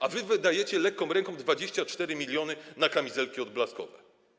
A wy wydajecie lekką ręką 24 mln na kamizelki odblaskowe.